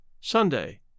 Sunday